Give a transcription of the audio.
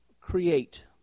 create